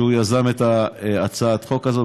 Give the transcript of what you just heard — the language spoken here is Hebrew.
שיזם את הצעת חוק הזאת.